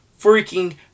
freaking